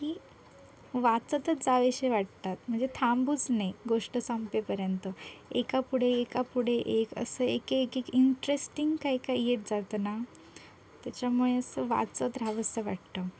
की वाचतच जावीशी वाटतात म्हणजे थांबूच नये गोष्ट संपेपर्यंत एकापुढे एकापुढे एक असं एकेक एक इंटरेस्टिंग काही काही येत जातं ना त्याच्यामुळे असं वाचत राहावंसं वाटतं